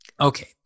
okay